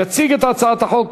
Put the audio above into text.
יציג את הצעת החוק